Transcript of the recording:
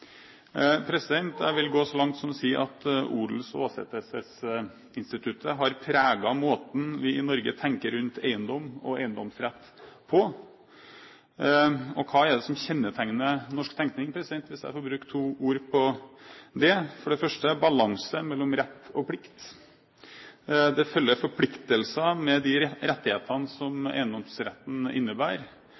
Jeg vil gå så langt som å si at odels- og åsetesinstituttet har preget måten vi i Norge tenker rundt eiendom og eiendomsrett på. Og hva er det som kjennetegner norsk tenkning – hvis jeg får bruke to ord på det? For det første er det balanse mellom rett og plikt. Det følger forpliktelser med de rettighetene som eiendomsretten innebærer.